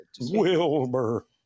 Wilbur